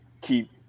keep